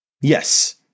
Yes